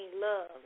love